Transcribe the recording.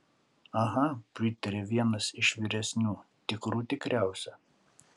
aha pritarė vienas iš vyresnių tikrų tikriausia